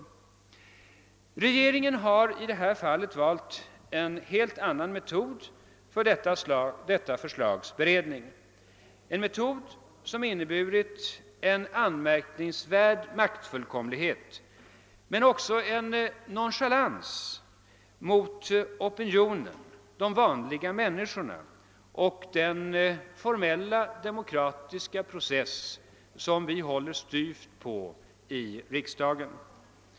Regeringen har i detta fall valt en helt annan metod för detta förslags beredning, en metod som inneburit en anmärkningsvärd maktfullkomlighet men också en nonchalans mot opinionen, de vanliga människorna, och den formella demokratiska process som vi håller styvt på i riksdagen.